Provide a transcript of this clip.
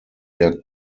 der